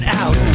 out